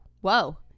whoa